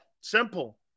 simple